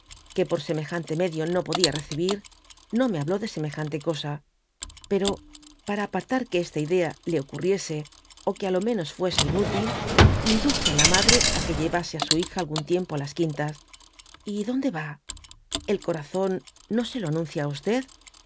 que por semejante medio no podía recibir no me habló de semejante cosa pero para apartar que esta idea ie ocurrieoe ó que á lo mnos fuese inútil induje á la madre á que lletasc á su hija algún tiempo á las quintas y adonde ta el coraaíon no se lo anuncja á